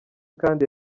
kandi